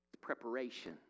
preparation